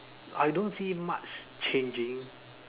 I don't see much changing